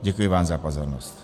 Děkuji za pozornost.